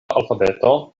alfabeto